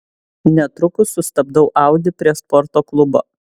netrukus sustabdau audi prie sporto klubo